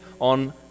on